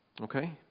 Okay